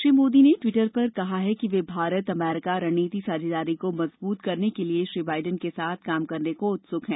श्री मोदी ने ट्विटर पर कहा कि वे भारत अमरीका रणनीति साझेदारी को मजबूत करने के लिए श्री बाइडेन के साथ काम करने को उत्सुक हैं